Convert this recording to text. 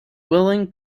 willing